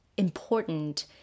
important